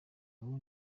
ubu